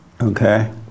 Okay